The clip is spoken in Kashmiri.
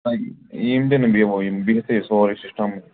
یِہٕنٛدیٚن بہوو یِم بِہتھٕے سورُے سِسٹَم